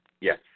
Yes